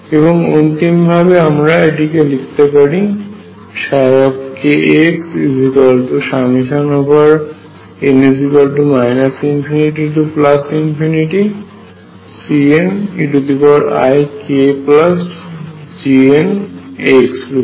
এবং অন্তিম ভাবে আমরা এটিকে লিখতে পারি kxn ∞CneikGnx রূপে